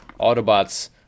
Autobots